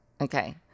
okay